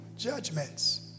judgments